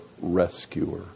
rescuer